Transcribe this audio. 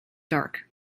dark